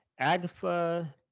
Agfa